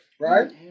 right